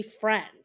friends